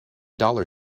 dollar